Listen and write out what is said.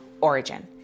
origin